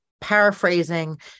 paraphrasing